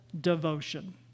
devotion